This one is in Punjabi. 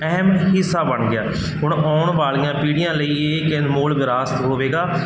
ਅਹਿਮ ਹਿੱਸਾ ਬਣ ਗਿਆ ਹੁਣ ਆਉਣ ਵਾਲੀਆਂ ਪੀੜ੍ਹੀਆਂ ਲਈ ਇਹ ਇੱਕ ਅਨਮੋਲ ਵਿਰਾਸਤ ਹੋਵੇਗਾ